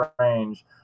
range